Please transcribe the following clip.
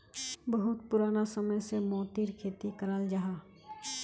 बहुत पुराना समय से मोतिर खेती कराल जाहा